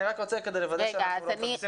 אני רק רוצה כדי לוודא שאנחנו לא מפספסים,